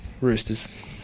Roosters